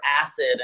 acid